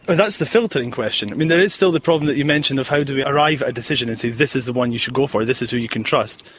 and that's the filtering question. there is still the problem that you mention of how do we arrive at a decision and say, this is the one you should go for. this is who you can trust.